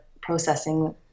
processing